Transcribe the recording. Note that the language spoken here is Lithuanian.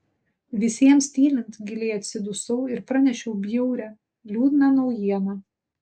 visiems tylint giliai atsidusau ir pranešiau bjaurią liūdną naujieną